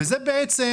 בעצם